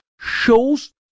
shows